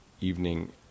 evening